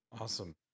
Awesome